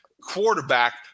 quarterback